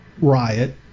riot